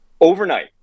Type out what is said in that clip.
overnight